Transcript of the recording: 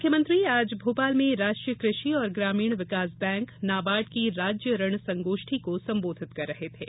मुख्यमंत्री आज भोपाल में राष्ट्रीय कृ षि और ग्रामीण विकास बैंक नाबार्ड की राज्य ऋण संगोष्ठी को संबोधित कर रहे थे